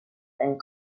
and